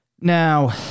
Now